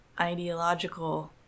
ideological